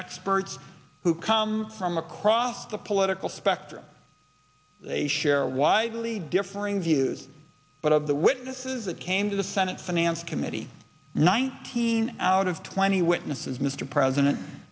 experts who come from across the political spectrum they share widely differing views but of the witnesses that came to the senate finance committee nineteen out of twenty witnesses mr president